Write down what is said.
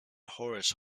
horace